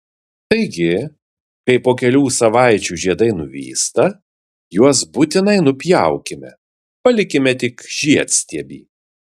taigi kai po kelių savaičių žiedai nuvysta juos būtinai nupjaukime palikime tik žiedstiebį